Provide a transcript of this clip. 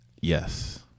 yes